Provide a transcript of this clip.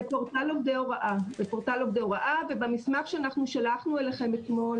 בפורטל עובדי הוראה ובמסמך שאנחנו שלחנו אליכם אתמול.